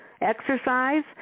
exercise